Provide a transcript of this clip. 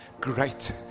great